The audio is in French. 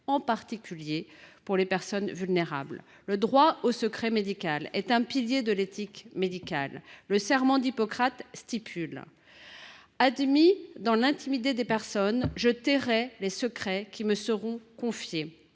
en particulier pour les personnes vulnérables. Le droit au secret médical est un pilier de l’éthique médicale. Le serment d’Hippocrate dispose :« Admis dans l’intimité des personnes, je tairai les secrets qui me seront confiés.